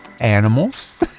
animals